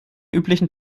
üblichen